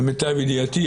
למיטב ידיעתי,